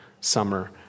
summer